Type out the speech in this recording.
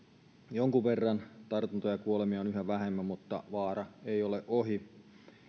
jonkun verran tartuntoja ja kuolemia on yhä vähemmän mutta vaara ei ole ohi